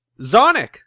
Zonic